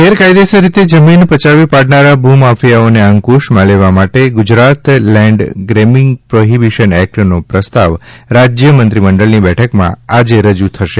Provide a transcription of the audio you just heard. ગેરકાયદેસર રીતે જમીન પચાવી પાડનારા ભૂમાફિયાઓને અંકુશમાં લેવા માટે ગુજરાત લેન્ડ ગ્રેબિંગ પ્રોહિબીશન એકટનો પ્રસ્તાવ રાજ્ય મંત્રીમંડળની બેઠકમાં આજે રજૂ થશે